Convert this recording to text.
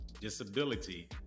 disability